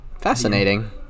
fascinating